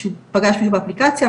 פגשתי אותו באפליקציה,